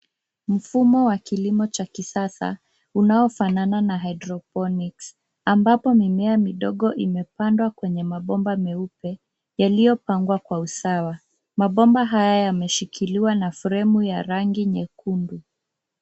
Mfumo wa kilimo cha kisasa unaofanana na hydroponics ambapo mimea midogo imepandwa kwenye mabomba meupe yaliyopangwa kwa usawa. Mabomba haya yameshikiliwa na fremu ya rangi nyekundu.